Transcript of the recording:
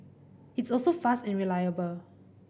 it's also fast and reliable